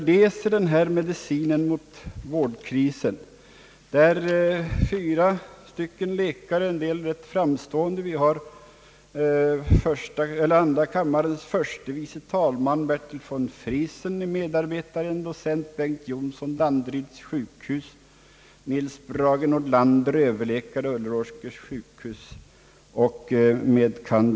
Men när man läser >Medicin mot vårdkriseny — där fyra läkare, några rätt framstående, medarbetar: andra kammarens förste vice talman Bertil von Friesen, docent Bengt Jonsson vid Danderyds sjukhus, överläkare Nils-Brage Nordlander vid Ulleråkers sjukhus och med. kand.